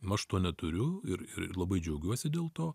aš tuo neturiu ir labai džiaugiuosi dėl to